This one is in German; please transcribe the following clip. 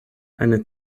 eine